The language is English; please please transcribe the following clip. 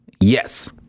Yes